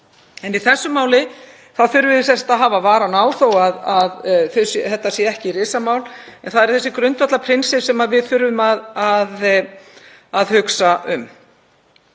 Í þessu máli þurfum við að hafa varann á þó að þetta sé ekki risamál. Það eru þessi grundvallarprinsipp sem við þurfum að hugsa um.